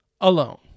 alone